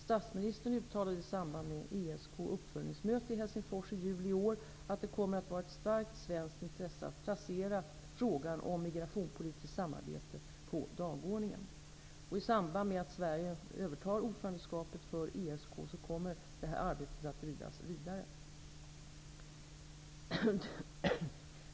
Statsministern uttalade i samband med ESK:s uppföljningsmöte i Helsingfors i juli i år att det kommer att vara ett starkt svenskt intresse att placera frågan om migrationspolitiskt samarbete på dagordningen. I samband med att Sverige övertar ordförandeskapet för ESK kommer detta arbete att drivas vidare.